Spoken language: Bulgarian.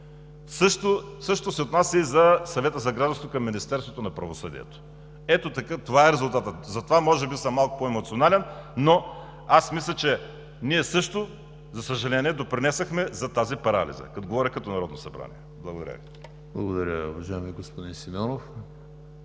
Същото се отнася и за Съвета за гражданство към Министерството на правосъдието. Ето това е резултатът. Затова може би съм малко по-емоционален, но аз мисля, че ние също, за съжаление, допринесохме за тази парализа – като Народно събрание. Благодаря Ви. ПРЕДСЕДАТЕЛ ЕМИЛ ХРИСТОВ: Благодаря, уважаеми господин Симеонов.